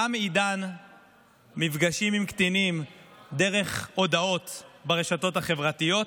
תם עידן המפגשים עם קטינים דרך הודעות ברשתות החברתיות,